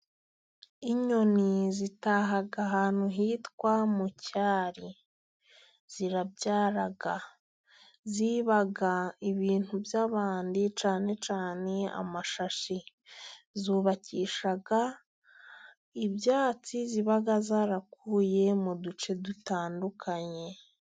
Inyoni zitaha ahantu hitwa mu cyari. Zirabyara, ziba ibintu by'abandi cyane cyane amashashi. Zubakisha ibyatsi ziba zarakuye mu duce dutandukanye.